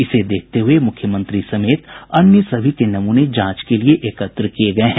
इसे देखते हुये मुख्यमंत्री समेत अन्य सभी के नमूने जांच के लिए एकत्र किये गये हैं